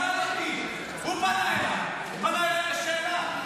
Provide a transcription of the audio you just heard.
הוא שאל אותי, הוא פנה אליי בשאלה.